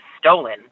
stolen